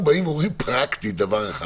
אנחנו באים ואומרים פרקטית דבר אחד